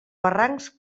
barrancs